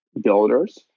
builders